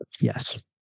Yes